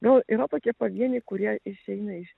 gal yra tokie pavieniai kurie išeina iš